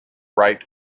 right